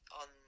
on